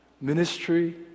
ministry